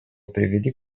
привели